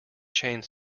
change